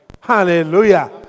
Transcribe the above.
Hallelujah